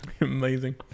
amazing